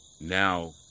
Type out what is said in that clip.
now